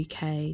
UK